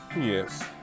Yes